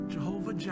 Jehovah